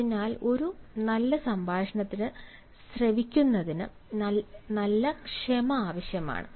അതിനാൽ ഒരു നല്ല സംഭാഷണത്തിന് ശ്രവിക്കുന്നതിന് നല്ല ക്ഷമ ആവശ്യമാണ്